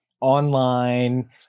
online